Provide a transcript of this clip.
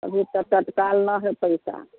अभी तऽ तत्काल नहि हय पैसा